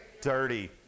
Dirty